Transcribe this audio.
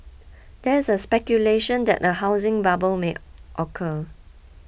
there is a speculation that a housing bubble may occur